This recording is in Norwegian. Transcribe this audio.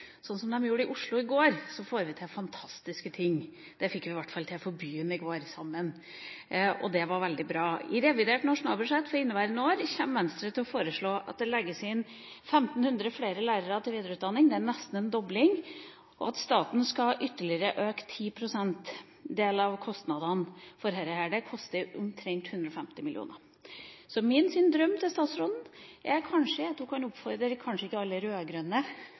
som de gjorde i Oslo i går, får vi til fantastiske ting. Det fikk vi i hvert fall til sammen for byen i går, og det var veldig bra. I revidert nasjonalbudsjett for inneværende år kommer Venstre til å foreslå at det legges inn til videreutdanning for 1 500 flere lærere – det er nesten en dobling – og at staten skal ytterligere øke sin del av kostnadene for dette med 10 pst. Det koster omtrent 150 mill. kr. Min drøm er at statsråden kan oppfordre ikke alle